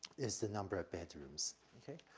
is the number of bedrooms. okay?